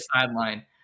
sideline